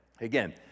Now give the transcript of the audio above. Again